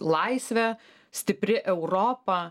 laisvė stipri europa